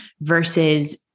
versus